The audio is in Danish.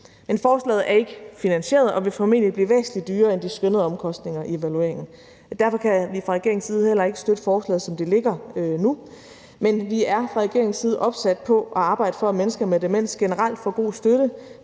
Men forslaget er ikke finansieret og vil formentlig blive væsentlig dyrere end de skønnede omkostninger i evalueringen. Derfor kan vi heller ikke fra regeringens side støtte forslaget, som det ligger nu, men vi er fra regeringens side opsat på at arbejde for, at mennesker med demens generelt får god støtte,